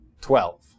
Twelve